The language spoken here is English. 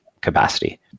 capacity